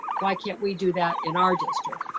why can't we do that in our district?